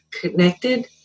Connected